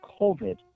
COVID